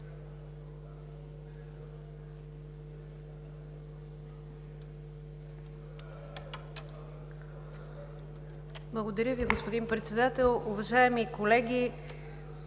Благодаря Ви, господин Председател! Уважаеми колеги,